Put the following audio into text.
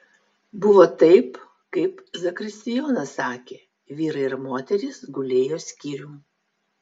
buvo taip kaip zakristijonas sakė vyrai ir moterys gulėjo skyrium